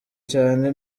cyane